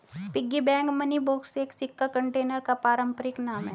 piggy bank money box एक सिक्का container का पारंपरिक नाम है